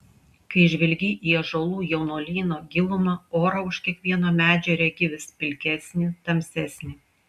kai žvelgi į ąžuolų jaunuolyno gilumą orą už kiekvieno medžio regi vis pilkesnį tamsesnį